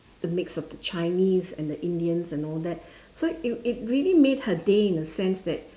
the mix of the chinese and the indians and all that so it it really made her day in a sense that